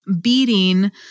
beating